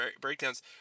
breakdowns